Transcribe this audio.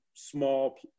small